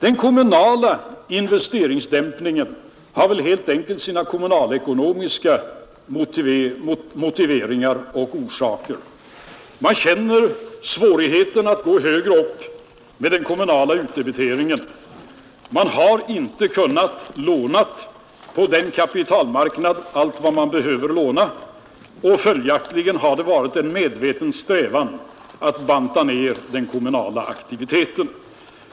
Den kommunala investeringsdämpningen har väl helt enkelt sina kommunalekonomiska motiveringar och orsaker. Man känner svårigheten att gå högre upp med den kommunala utdebiteringen, och man har inte kunnat låna på kapitalmarknaden allt vad man behövt låna; följaktligen har man medvetet strävat att banta ner den kommunala aktiviteten.